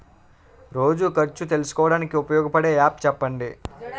రోజు ఖర్చు తెలుసుకోవడానికి ఉపయోగపడే యాప్ చెప్పండీ?